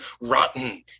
rotten